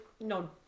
no